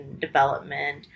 development